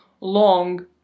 long